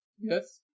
Yes